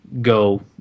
go